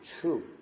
true